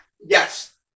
Yes